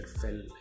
fell